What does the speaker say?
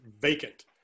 vacant